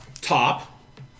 top